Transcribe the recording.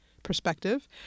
perspective